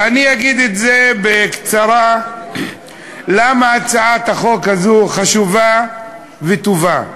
ואני אגיד בקצרה למה הצעת החוק הזאת חשובה וטובה.